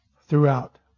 throughout